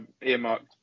earmarked